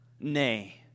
Nay